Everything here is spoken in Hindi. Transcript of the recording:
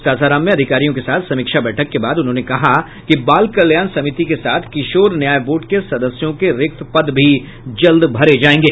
सासाराम में अधिकारियों के साथ समीक्षा बैठक के बाद उन्होंने कहा कि बाल कल्याण समिति के साथ किशोर न्याय बोर्ड के सदस्यों के रिक्त पद भी जल्द भरे जायेंगे